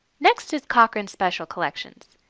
next is cochranes' special collections.